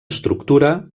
estructura